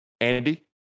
Andy